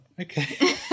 okay